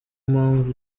mpamvu